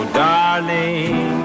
darling